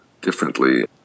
differently